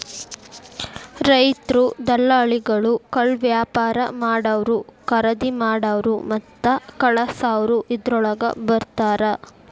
ರೈತ್ರು, ದಲಾಲಿಗಳು, ಕಾಳವ್ಯಾಪಾರಾ ಮಾಡಾವ್ರು, ಕರಿದಿಮಾಡಾವ್ರು ಮತ್ತ ಕಳಸಾವ್ರು ಇದ್ರೋಳಗ ಬರ್ತಾರ